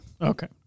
Okay